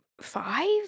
five